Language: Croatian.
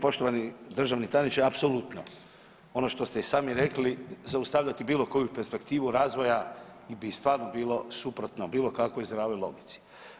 Poštovani državni tajniče apsolutno ono što ste i sami rekli zaustavljate bilo koju perspektivu razvoja i bi i stvarno bilo suprotno bilo kakvoj zdravoj logici.